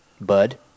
bud